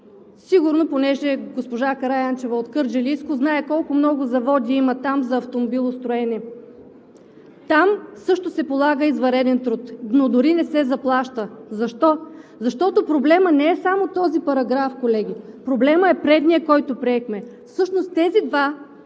Ви дам. Понеже госпожа Караянчева е от Кърджалийско, сигурно знае колко много заводи за автомобилостроене има там. Там също се полага извънреден труд, но дори не се заплаща. Защо? Защото проблемът не е само в този параграф, колеги. Проблемът е предният, който приехме.